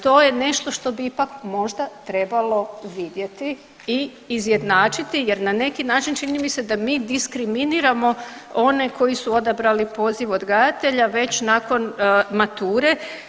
To je nešto što bi ipak možda trebalo vidjeti i izjednačiti jer na neki način čini mi se da mi diskriminiramo one koji su odabrali poziv odgajatelja već nakon mature.